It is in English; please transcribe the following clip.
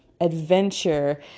adventure